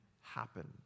happen